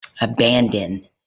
abandon